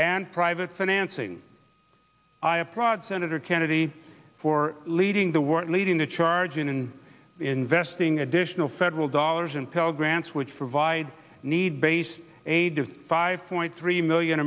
and private financing i applaud senator kennedy for leading the world leading the charge and investing additional federal dollars in pell grants which provide need based aid to five point three million